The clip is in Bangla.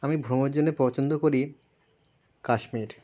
আমি ভ্রমণের জন্য পছন্দ করি কাশ্মীর